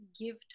give